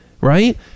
right